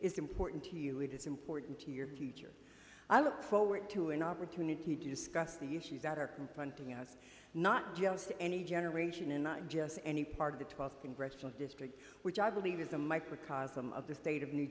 is important to you it is important to your future i look forward to an opportunity to discuss the issues that are confronting us not just any generation and not just any part of the twelve congressional district which i believe is a microcosm of the state of new